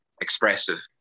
expressive